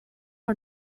are